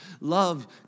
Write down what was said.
Love